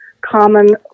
common